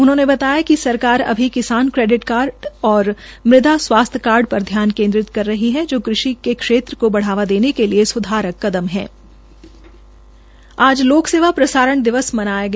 उन्होंने बतायाकि सरकार सभी किसान क्रेडिट कार्ड और मृदा स्वास्थ्य कार्ड पर धयान केन्द्रित कर रही है जो कृषि को बढ़ावा देने के लिए स्धारक कदम है आज लोकसेवा प्रसारण दिवस मनाया गया